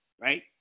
right